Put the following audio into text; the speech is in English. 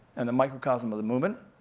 and the microcosm of the movement.